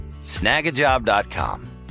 snagajob.com